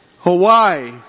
Hawaii